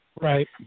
Right